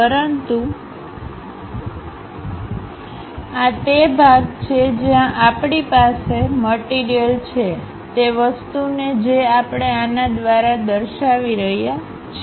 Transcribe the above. પરંતુ આ તે ભાગ છે જ્યાં આપણી પાસે મટીરીયલછે તે વસ્તુને જે આપણે આના દ્વારા દર્શાવી રહ્યા છીએ